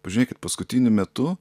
pažiūrėkit paskutiniu metu